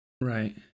Right